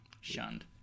Shunned